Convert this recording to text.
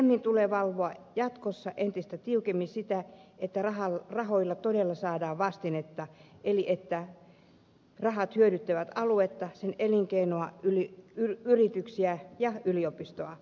temin tulee valvoa jatkossa entistä tiukemmin sitä että rahoille todella saadaan vastinetta eli rahat hyödyttävät aluetta sen elinkeinoa yrityksiä ja yliopistoa